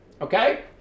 okay